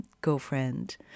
girlfriend